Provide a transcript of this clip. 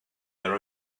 their